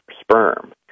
sperm